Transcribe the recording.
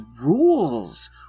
rules